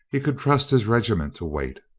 he could trust his regiment to wait.